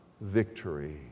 victory